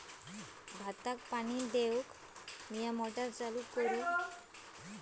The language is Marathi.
भाताक पाणी दिवच्यासाठी मी मोटर चालू करू?